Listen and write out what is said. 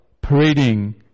parading